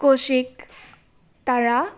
Kaushik Tara